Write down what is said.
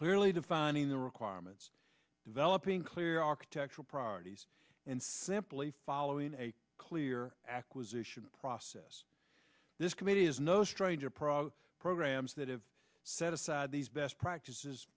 clearly defining the requirements developing clear architectural priorities and simply following a clear acquisition process this committee is no stranger pro programs that have set aside these best practices